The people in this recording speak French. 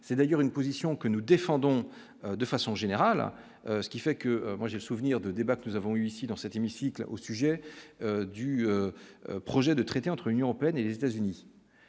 c'est d'ailleurs une position que nous défendons. De façon générale, ce qui fait que moi, j'ai souvenir de débattre, nous avons ici dans cet hémicycle, au sujet du projet de traité entre Union pleine et les États-Unis